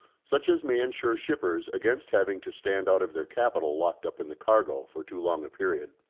such as may ensure shippers against having to stand out of their capital locked up in the cargo for too long a period.